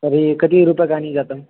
तर्हि कति रूप्यकाणि जातम्